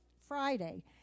Friday